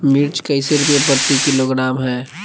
मिर्च कैसे रुपए प्रति किलोग्राम है?